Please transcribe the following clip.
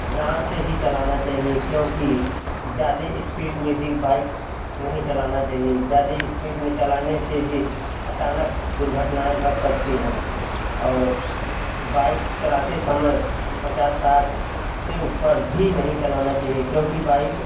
ध्यान से ही चलाना चाहिए क्योंकि ज़्यादे स्पीड में भी बाइक नहीं चलाना चाहिए ज़्यादे स्पीड में चलाने से भी अचानक दुर्घटनाएँ घट सकती हैं और बाइक चलाते समय पचास साठ से ऊपर भी नहीं चलाना चाहिए क्योंकि बाइक